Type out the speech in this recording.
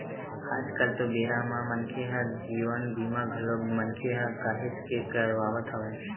आज कल तो बेरा म मनखे ह जीवन बीमा घलोक मनखे ह काहेच के करवात हवय